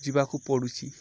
ଯିବାକୁ ପଡ଼ୁଛି